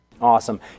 Awesome